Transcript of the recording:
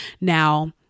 Now